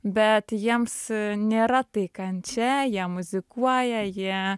bet jiems nėra tai kančia jie muzikuoja jie